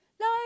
No